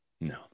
No